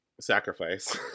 sacrifice